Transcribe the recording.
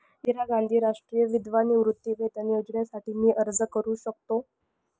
इंदिरा गांधी राष्ट्रीय विधवा निवृत्तीवेतन योजनेसाठी मी अर्ज करू शकतो?